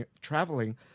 traveling